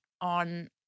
on